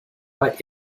but